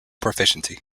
proficiency